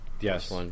Yes